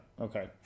Okay